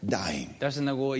dying